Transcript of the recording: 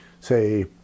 say